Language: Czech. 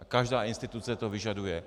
Každá instituce to vyžaduje.